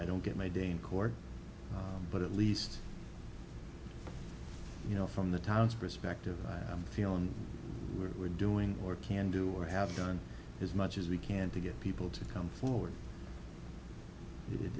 don't get my day in court but at least you know from the town's perspective i'm feeling that we're doing or can do or have done as much as we can to get people to come forward it